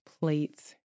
plates